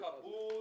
כאבול